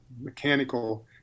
mechanical